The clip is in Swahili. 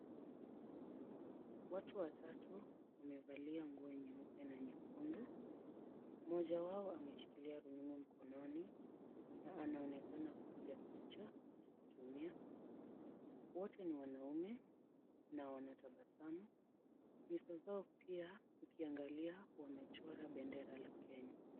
Watu watatu wamevalia nguo nyeupe na nyekundu. Mmoja wao ameshikilia rununu mkononi, na anaonekana kupiga picha akiitumia. Wote ni wanaume na wanatabasamu. Nyuso zao pia ukiangalia wamechora bendera la Kenya.